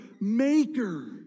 Maker